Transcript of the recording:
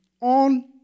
on